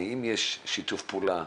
האם יש שיתוף פעולה.